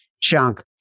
chunk